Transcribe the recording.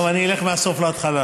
טוב, אני אלך מהסוף להתחלה.